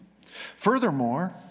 Furthermore